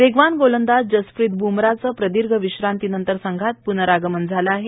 वेगवान गोलंदाज जसप्रित बुमराचं प्रदीर्घ विश्रांतीनंतर संघात पुनरागमन झालं आहे